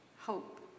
hope